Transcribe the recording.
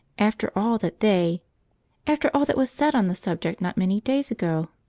after all that they after all that was said on the subject not many days ago.